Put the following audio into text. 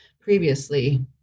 previously